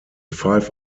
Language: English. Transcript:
five